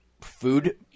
food